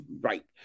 right